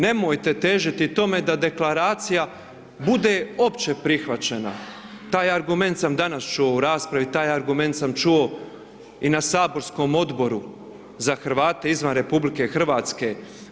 Nemojte težiti tome da Deklaracija bude opće prihvaćena, taj argument sam danas čuo u raspravi, taj argument sam čuo i na saborskom Odboru za Hrvate izvan Republike Hrvatske.